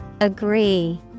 Agree